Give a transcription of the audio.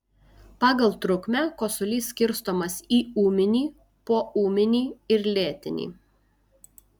pagal trukmę kosulys skirstomas į ūminį poūminį ir lėtinį